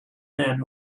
man